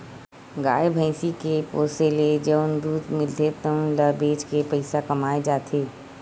गाय, भइसी के पोसे ले जउन दूद मिलथे तउन ल बेच के पइसा कमाए जाथे